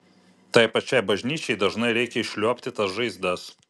tai pačiai bažnyčiai dažnai reikia išliuobti tas žaizdas